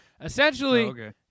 Essentially